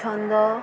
ଛନ୍ଦ